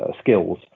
skills